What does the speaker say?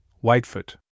Whitefoot